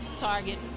Target